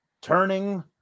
turning